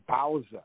Bowser